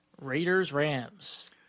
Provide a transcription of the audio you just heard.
Raiders-Rams